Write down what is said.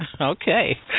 Okay